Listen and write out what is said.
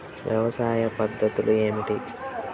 వ్యవసాయ పద్ధతులు ఏమిటి?